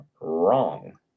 wrong